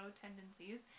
tendencies